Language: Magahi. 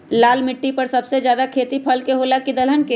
लाल मिट्टी पर सबसे ज्यादा खेती फल के होला की दलहन के?